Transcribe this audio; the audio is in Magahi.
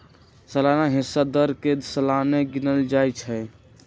सलाना हिस्सा दर के सलाने गिनल जाइ छइ